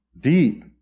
deep